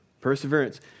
Perseverance